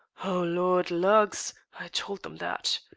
o lord! lugs! i told them that!